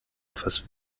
etwas